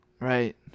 Right